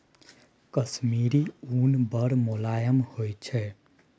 कश्मीरी उन बड़ मोलायम होइ छै